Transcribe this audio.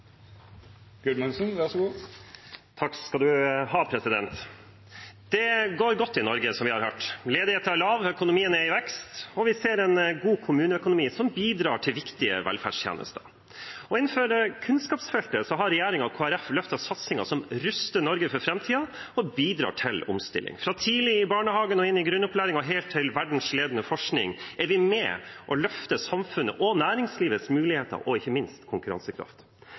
vi ser en god kommuneøkonomi, som bidrar til viktige velferdstjenester. Innenfor kunnskapsfeltet har regjeringen og Kristelig Folkeparti løftet satsinger som ruster Norge for framtiden og bidrar til omstilling. Fra tidlig i barnehagen, inn i grunnopplæringen og helt til verdensledende forskning er vi med og løfter samfunnet og næringslivets muligheter og ikke minst konkurransekraft.